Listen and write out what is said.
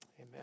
amen